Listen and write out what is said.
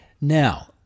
Now